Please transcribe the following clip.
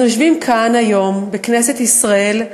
אנחנו יושבים היום כאן, בכנסת ישראל,